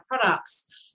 products